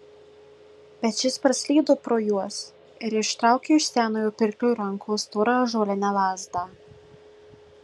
bet šis praslydo pro juos ir ištraukė iš senojo pirklio rankos storą ąžuolinę lazdą